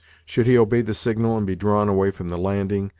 should he obey the signal, and be drawn away from the landing,